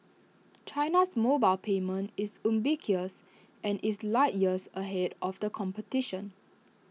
China's mobile payment is ubiquitous and is light years ahead of the competition